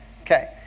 Okay